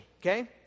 Okay